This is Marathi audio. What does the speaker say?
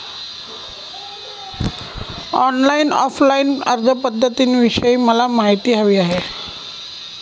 ऑनलाईन आणि ऑफलाईन अर्जपध्दतींविषयी मला माहिती हवी आहे